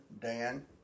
Dan